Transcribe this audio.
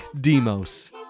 Demos